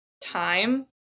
time